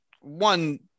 one